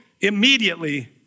immediately